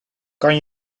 kan